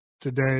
today